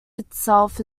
itself